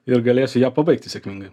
ir galėsiu ją pabaigti sėkmingai